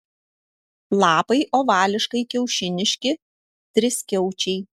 lapai ovališkai kiaušiniški triskiaučiai